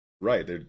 Right